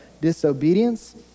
disobedience